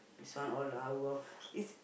this one all our